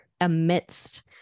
amidst